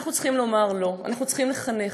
אנחנו צריכים לומר לא, אנחנו צריכים לחנך.